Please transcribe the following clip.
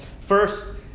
First